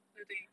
对不对